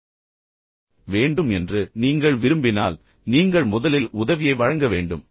எனவே முக்கியமான சூழ்நிலைகளில் மற்றவர்கள் உங்களுக்கு உதவ வேண்டும் என்று நீங்கள் விரும்பினால் நீங்கள் முதலில் உதவியை வழங்க வேண்டும்